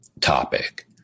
topic